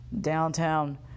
downtown